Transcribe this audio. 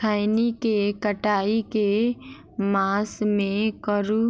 खैनी केँ कटाई केँ मास मे करू